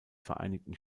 vereinigten